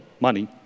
money